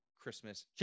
Christmas